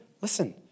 listen